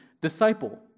disciple